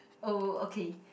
oh okay